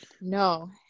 No